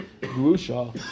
Grusha